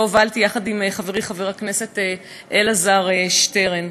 שהובלתי יחד עם חברי חבר הכנסת אלעזר שטרן.